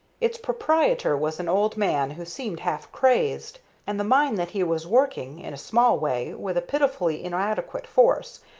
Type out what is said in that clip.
its proprietor was an old man who seemed half crazed and the mine that he was working in a small way, with a pitifully inadequate force,